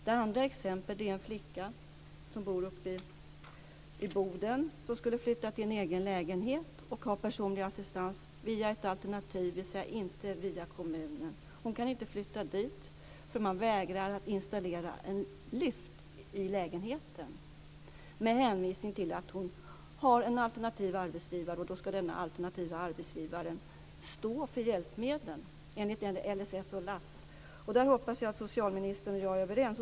Det andra exemplet är en flicka som bor i Boden. Hon skulle flytta till en egen lägenhet och ha personlig assistans via ett alternativ, dvs. inte via kommunen. Hon kan inte flytta dit, för man vägrar installera en lyft i lägenheten med hänvisning till att hon har en alternativ arbetsgivare och då ska denna alternativa arbetsgivare stå för hjälpmedlen enligt LSS och Där hoppas jag att socialministern och jag är överens.